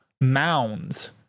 mounds